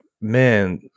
man